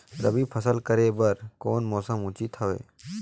रबी फसल करे बर कोन मौसम उचित हवे?